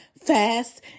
fast